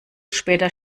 später